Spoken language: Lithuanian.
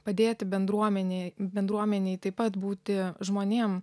padėti bendruomenėje bendruomenėje taip pat būti žmonėm